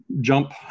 jump